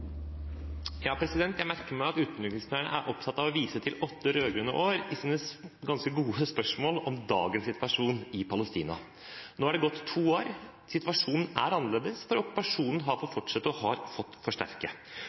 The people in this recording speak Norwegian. opptatt av å vise til åtte rød-grønne år i sine svar på ganske gode spørsmål om dagens situasjon i Palestina. Nå er det gått to år. Situasjonen er annerledes, for okkupasjonen har fått fortsette og har fått forsterke